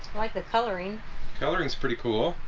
like the coloring coloring is pretty cool.